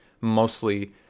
mostly